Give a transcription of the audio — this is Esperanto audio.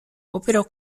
opero